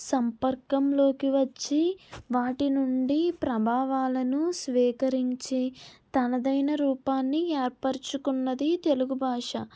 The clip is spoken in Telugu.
సంపర్కంలోకి వచ్చి వాటి నుండి ప్రభావాలను స్వీకరించి తనదైన రూపాన్ని ఏర్పరచుకున్నది తెలుగు భాష